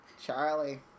Charlie